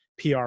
PR